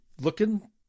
looking